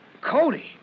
Cody